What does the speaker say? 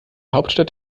hauptstadt